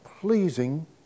pleasing